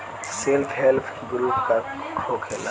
Self help group का होखेला?